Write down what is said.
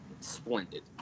Splendid